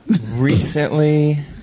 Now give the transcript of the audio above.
Recently